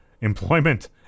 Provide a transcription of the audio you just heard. employment